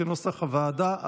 כנוסח הוועדה.